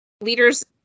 Leaders